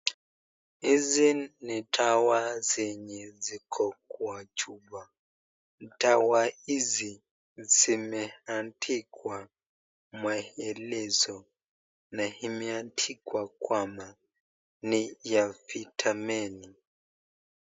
Hizi ni dawa zenye ziko kwa chupa, dawa hizi zimeandikwa maelezo na imeandikwa kwamba ni ya vitamini.